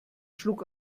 schlug